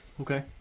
Okay